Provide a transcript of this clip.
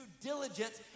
diligence